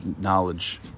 knowledge